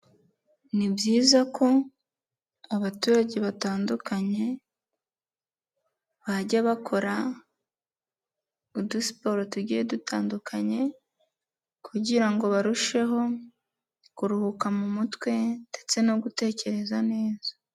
Ni byiza ko abaturage batandukanye bajya bakora udusiporo tugiye dutandukanye kugira barusheho kuruhuka mu mutwe ndetse no gutekereza neza.